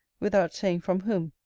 without saying from whom.